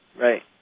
Right